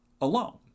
alone